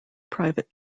private